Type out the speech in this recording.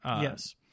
Yes